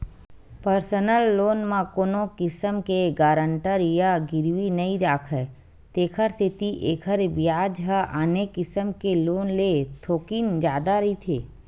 personal loan म कोनो किसम के गारंटर या गिरवी नइ राखय तेखर सेती एखर बियाज ह आने किसम के लोन ले थोकिन जादा रहिथे